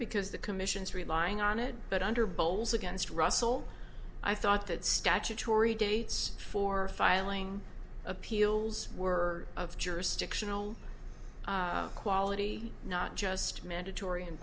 because the commission's relying on it but under bowles against russell i thought that statutory dates for filing appeals were of jurisdictional quality not just mandatory and